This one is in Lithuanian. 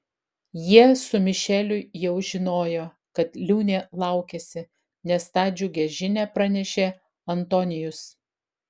jie su mišeliu jau žinojo kad liūnė laukiasi nes tą džiugią žinią pranešė antonijus